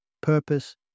purpose